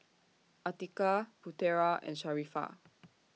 Atiqah Putera and Sharifah